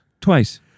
Twice